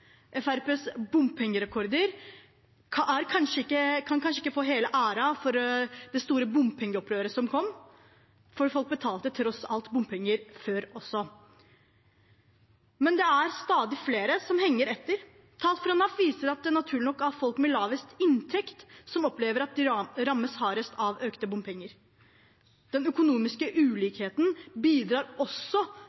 bompengerekorder kan kanskje ikke få hele æren for det store bompengeopprøret som kom, for folk betalte tross alt bompenger før også. Det er stadig flere som henger etter. Tall fra NAF viser at det naturlig nok er folk med lavest inntekt som opplever at de rammes hardest av økte bompenger. Den økonomiske